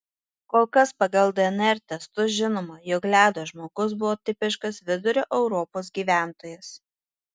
kol kas pagal dnr testus žinoma jog ledo žmogus buvo tipiškas vidurio europos gyventojas